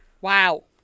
Wow